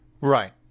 Right